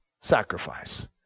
sacrifice